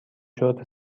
چرت